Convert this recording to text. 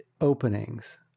openings